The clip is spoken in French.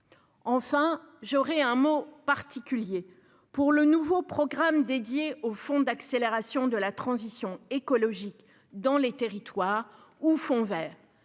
Enfin, j'aurai un mot particulier pour le nouveau programme « fonds d'accélération de la transition écologique dans les territoires », ou fonds vert